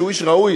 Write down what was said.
שהוא איש ראוי